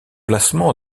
placement